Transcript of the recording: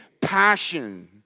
passion